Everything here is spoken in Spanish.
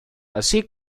así